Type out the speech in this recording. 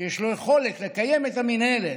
שיש לו יכולת לקיים את המינהלת,